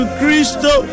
Christo